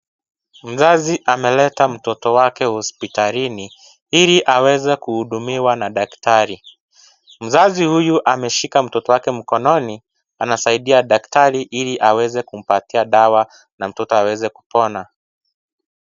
Mzazi ameleta mtoto wake hospitalini ili aweze kuhudumiwa na dakatari. Mzazi huyu ameshika mtoto wake mkononi anasaidia daktari ili aweze kumpatia dawa na mtoto aweze kupona.